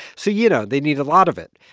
so, you know, they need a lot of it.